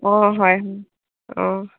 অ হয় অ